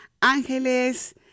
Ángeles